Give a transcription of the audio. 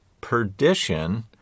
perdition